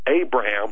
Abraham